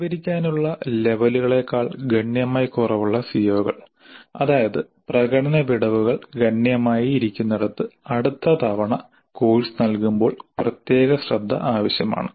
കൈവരിക്കാനുള്ള ലെവലുകളെക്കാൾ ഗണ്യമായി കുറവുള്ള സിഒകൾ അതായത് പ്രകടന വിടവുകൾ ഗണ്യമായിരിക്കുന്നിടത്ത് അടുത്ത തവണ കോഴ്സ് നൽകുമ്പോൾ പ്രത്യേക ശ്രദ്ധ ആവശ്യമാണ്